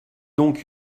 donc